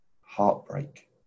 heartbreak